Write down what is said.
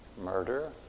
murder